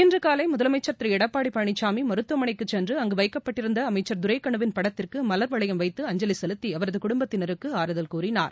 இன்று காலை முதலமைச்சர் திரு எடப்பாடி பழனிசாமி மருத்துவமனைக்கு சென்று அங்கு வைக்கப்பட்டிருந்த அமைச்சள் துரைகண்னுவின் படத்திற்கு மலாவளையம் வைத்து அஞ்சவி செலுத்தி குடும்பத்தினருக்கு ஆறுதல் கூறினார்